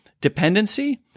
dependency